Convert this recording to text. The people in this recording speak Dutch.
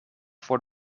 voor